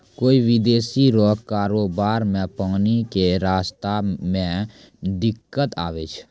कोय विदेशी रो कारोबार मे पानी के रास्ता मे दिक्कत आवै छै